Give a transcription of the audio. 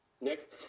Nick